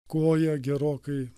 koja gerokai